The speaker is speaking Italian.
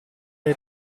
hai